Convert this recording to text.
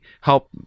help